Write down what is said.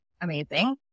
amazing